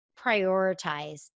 prioritize